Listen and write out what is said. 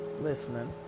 listening